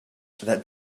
that